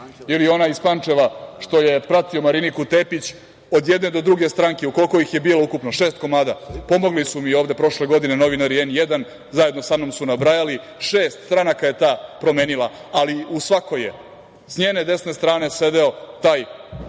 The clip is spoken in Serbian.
Ili onaj iz Pančeva, što je pratio Mariniku Tepić od jedne do druge stranke, koliko ih je bilo ukupno, šest komada. Pomogli su mi ovde prošle godine novinari N1, zajedno samnom su nabrajali, šest stranaka je ta promenila, ali u svakoj je sa njene desne strane sedeo taj